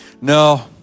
No